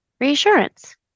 Reassurance